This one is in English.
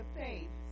faith